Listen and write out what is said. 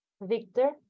Victor